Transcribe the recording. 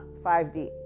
5D